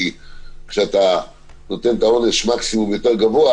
כי כשאתה נותן את עונש המקסימום יותר גבוה,